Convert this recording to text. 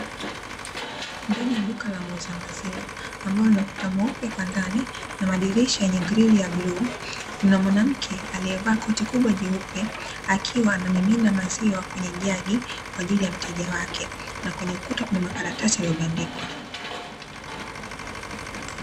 Ndani ya duka la muuza maziwa ambalo lina ukuta mweupe kwa ndani na madirisha yenye grili ya bluu, kuna mwanamke aliyevaa koti kubwa jeupe akiwa anamimina maziwa kwenye jagi kwa ajili ya mteja wake, na kwenye ukuta kuna makaratasi yamebandikwa.